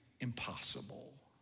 impossible